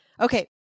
Okay